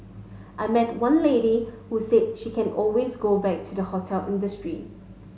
I met one lady who said she can always go back to the hotel industry